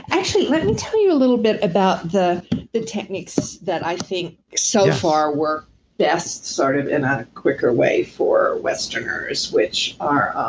actually let me tell you a little bit about the the techniques that i think so far worked best sort of in a quicker way for westerners which are.